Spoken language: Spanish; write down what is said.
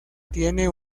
tiene